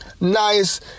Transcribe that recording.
Nice